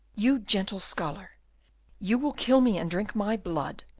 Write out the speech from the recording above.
you gentle scholar you will kill me, and drink my blood!